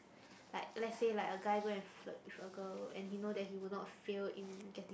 like let say like a guy go and flirt with a girl and he know that he would not fail in getting